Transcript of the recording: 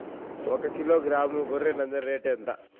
ఒకకిలో గ్రాము గొర్రె నంజర రేటు ఎంత?